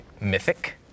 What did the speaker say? mythic